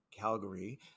Calgary